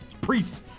priests